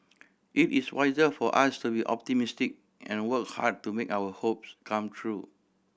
it is wiser for us to be optimistic and work hard to make our hopes come true